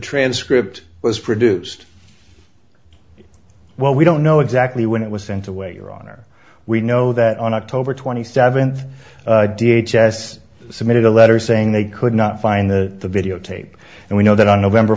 transcript was produced well we don't know exactly when it was sent away your honor we know that on october twenty seventh d h s s submitted a letter saying they could not find the videotape and we know that on november